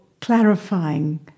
clarifying